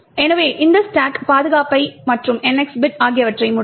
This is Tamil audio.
எனவே இந்த ஸ்டாக் பாதுகாப்பை மற்றும் NX பிட் ஆகியவற்றை முடக்க